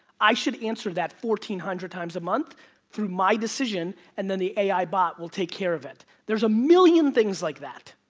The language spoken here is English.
i should answer that fourteen hundred times a month through my decision and then the a i. bot will take care of it. there are a million things like that.